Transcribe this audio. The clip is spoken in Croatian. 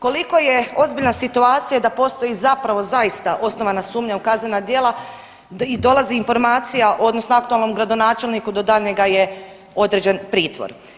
Koliko je ozbiljna situacija da postoji zapravo zaista osnovana sumnja u kaznena djela i dolazi informacija odnosno aktualnom gradonačelniku do daljnjega je određen pritvor.